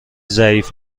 ضعیف